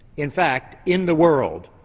in fact, in the world.